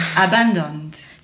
Abandoned